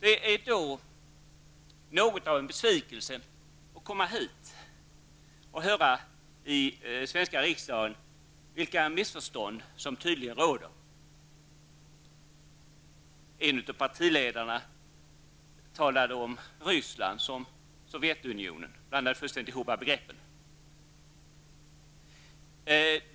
Det är något av en besvikelse att komma hit till den svenska riksdagen och höra vilka missförstånd som tydligen råder. En av partiledarna talade om Ryssland som Sovjetunionen. Han blandade ihop begreppen fullständigt.